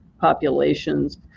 Populations